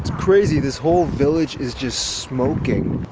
crazy, this whole village is just smoking!